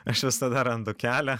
aš visada randu kelią